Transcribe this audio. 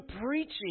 preaching